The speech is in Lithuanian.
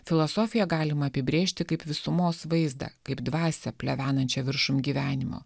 filosofiją galima apibrėžti kaip visumos vaizdą kaip dvasią plevenančią viršum gyvenimo